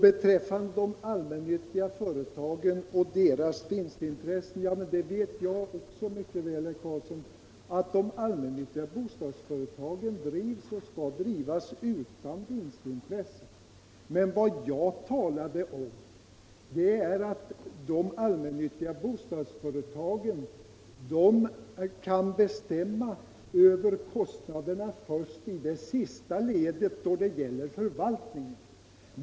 Beträffande de allmännyttiga företagen och deras vinstintressen vet jag också mycket väl, herr Karlsson i Huskvarna, att de allmännyttiga bostadsföretagen drivs och skall drivas utan vinstintresse. Men vad jag talade om var att de allmännyttiga bostadsföretagen kan bestämma över kostnaderna först i det sista ledet, då det gäller förvaltningen.